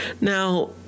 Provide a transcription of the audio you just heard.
Now